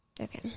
Okay